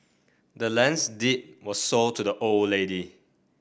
the land's deed was sold to the old lady